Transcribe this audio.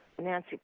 Nancy